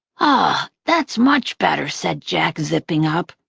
ah, that's much better, said jack, zipping up.